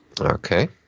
Okay